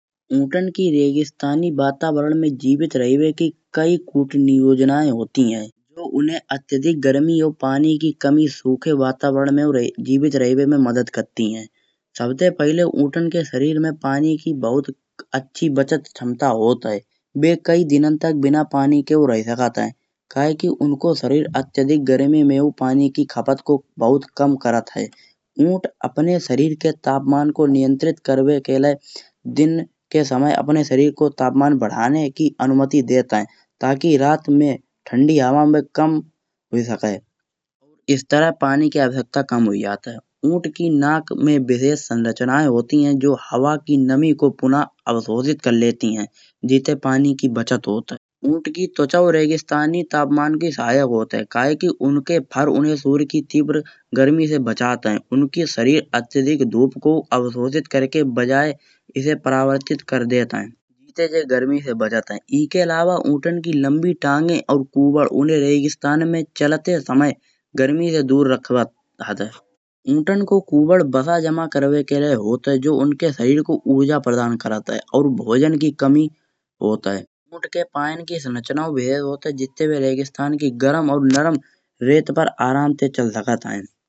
ऊंटन की रेगीस्तानी वातावरण में जीवित रहवे की कई उपनियोनाए होती हैं। उन्हें अत्यधिक गर्मी और पानी की कमी सूखे वातावरण में और जीवित रहवे में मदद करती है। सबसे पहले ऊंटन की शरीर में पानी की बहुत अच्छी बचत क्षमता होत है वे कई दिनों तक बिना पानी के रही सकत है। कहे की उनको शरीर अत्यधिक गर्मी में पानी की खपत को बहुत कम करत है। ऊंट अपने शरीर के तापमान को नियंत्रित करवे के लाय दिन के समय अपने शरीर को तापमान बढ़ाने की अनुमति देत है ताकि रात में ठंडी हवा में कम हुई सके इस तरह पानी की आवश्यकता कम हुई जात है। ऊंट की नाक में विशेष संरचनाए होती है जो हवा के नमी को पुनः अवशोषित कर लेती है जिते पानी की बचत होत है। ऊंट की त्वचा और रेगिस्तानी तापमान की सहायक होत है कहे की उनके फर उन्हें सूर्य की तीव्र गर्मी से बचत है उनके शरीर अत्यधिक धूप को अवशोषित करके बजाय इसे परावर्तित कर देत है जैसे बे गर्मी से बचत है। एके अलावा ऊंटन की लंबी टांगे उबड़ उन्हें रेगिस्तान में चलते समय गर्मी से दूर रखखत है। ऊंटन को कूबड़ बसा जमा करवे के लाय होत है जो उनके शरीर को ऊर्जा प्रदान करत है और भोजन की कमी होत है। ऊंट के पैए संरचना बेहद होत है जिते बे रेगिस्तान की गरम वा नरम रेत पर आराम से चल सकत है।